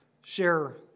share